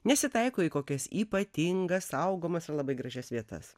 nesitaiko į kokias ypatingas saugomas ar labai gražias vietas